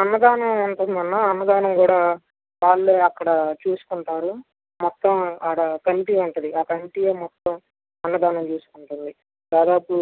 అన్నదానం ఉంటుందన్న అన్నదానం కూడా వాళ్ళే అక్కడ చూసుకుంటారు మొత్తం ఆడా కమిటీ ఉంటుంది ఆ కమిటీనే అన్నదానం చూసుకుంటుంది దాదాపు